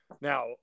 Now